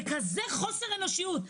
זה חוסר אנושיות.